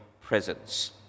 presence